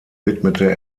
widmete